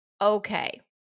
okay